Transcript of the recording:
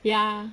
ya